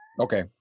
Okay